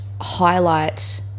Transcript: highlight